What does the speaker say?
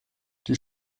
die